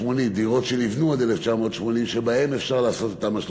דירות שנבנו עד 1980, שבהן אפשר לעשות את תמ"א 38,